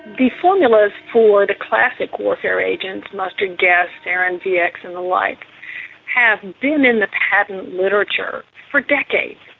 the formulas for the classic warfare agents mustard gas, sarin, vx and the like have been in the patent literature for decades,